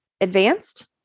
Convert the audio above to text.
advanced